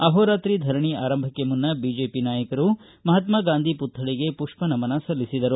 ಅಹೋ ರಾತ್ರಿ ಧರಣಿ ಆರಂಭಕ್ಷೆ ಮುನ್ನ ಬಿಜೆಪಿ ನಾಯಕರು ಮಹಾತ್ಲ ಗಾಂಧಿ ಪುಕ್ವಳಿಗೆ ಪುಷ್ಪನಮನ ಸಲ್ಲಿಸಿದರು